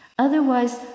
Otherwise